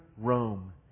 Rome